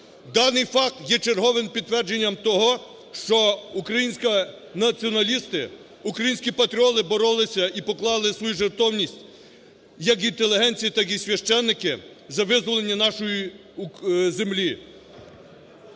Даний факт є черговим підтвердженням того, що українські націоналісти, українські патріоти боролись і поклали свою жертовність як інтелігенція, так і священики за визволення нашої землі.